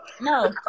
no